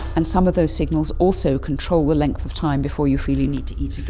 and some of those signals also control the length of time before you feel you need to eat again.